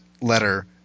letter